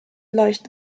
leicht